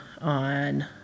on